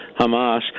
Hamas